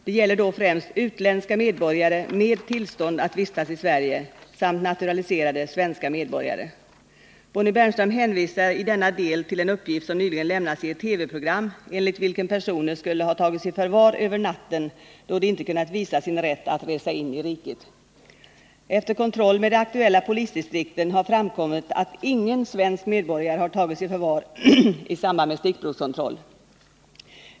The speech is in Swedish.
Det gäller då främst utländska medborgare med tillstånd att vistas i Sverige samt naturaliserade svenska medborgare. Bonnie Bernström hänvisar i denna del till en uppgift som nyligen lämnats i ett TV-program enligt vilken personer skulle ha tagits i förvar över natten då de inte kunnat visa sin rätt att resa in i riket. Efter kontroll med de aktuella polisdistrikten har framkommit att ingen svensk medborgare har tagits i förvar i samband med stickprovskontroll.